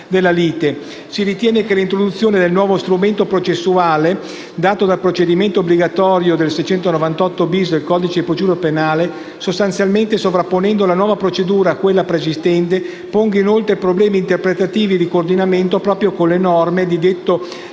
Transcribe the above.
si ritiene che l'introduzione del nuovo strumento processuale, dato dal procedimento obbligatorio di cui all'articolo 698-*bis* del codice di procedura penale, sostanzialmente sovrapponendo la nuova procedura a quella preesistente, ponga inoltre problemi interpretativi di coordinamento proprio con le norme di detto decreto-legge n.